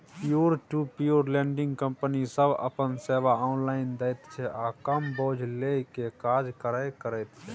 peer to peer lending company सब अपन सेवा ऑनलाइन दैत छै आ कम बोझ लेइ के काज करे करैत छै